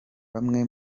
bamwe